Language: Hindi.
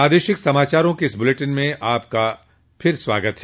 प्रादेशिक समाचारों के इस बुलेटिन में आपका फिर से स्वागत है